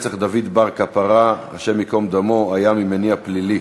לרצח דוד בר קפרא הי"ד היה מניע פלילי,